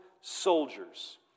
soldiers